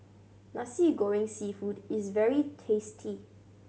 Nasi Goreng Seafood is very tasty